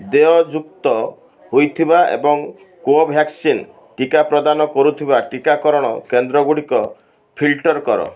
ଦେୟଯୁକ୍ତ ହୋଇଥିବା ଏବଂ କୋଭ୍ୟାକ୍ସିନ୍ ଟିକା ପ୍ରଦାନ କରୁଥିବା ଟିକାକରଣ କେନ୍ଦ୍ର ଗୁଡ଼ିକ ଫିଲ୍ଟର୍ କର